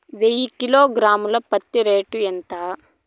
వెయ్యి కిలోగ్రాము ల పత్తి రేటు ఎంత?